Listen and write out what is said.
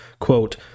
quote